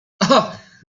ach